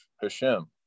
Hashem